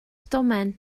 domen